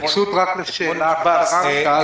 התייחסות רק לשאלה אחת.